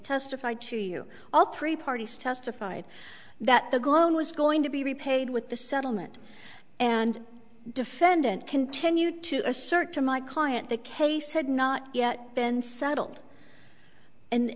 testified to you all three parties testified that the girl was going to be repaid with the settlement and defendant continued to assert to my client the case had not yet been settled and